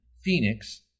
Phoenix